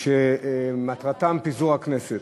שמטרתן פיזור הכנסת,